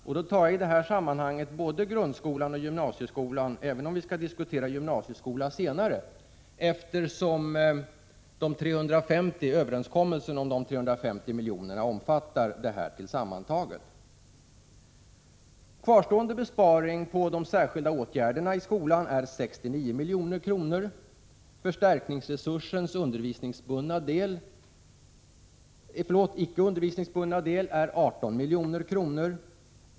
Jag tar i detta sammanhang upp både grundskolan och gymnasieskolan — även om vi skall diskutera gymnasieskolan senare —, eftersom överenskommelsen om de 350 miljonerna omfattar dem båda. Kvarstående besparingar på de särskilda åtgärderna i skolan uppgår till 69 milj.kr., och för förstärkningsresursens icke undervisningsbundna del uppgår de till 18 milj.kr.